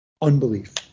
Unbelief